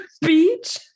beach